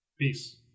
Peace